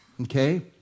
okay